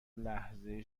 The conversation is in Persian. لحظه